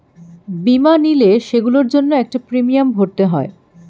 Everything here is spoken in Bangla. বীমা নিলে, সেগুলোর জন্য একটা প্রিমিয়াম ভরতে হয়